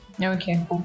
Okay